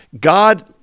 God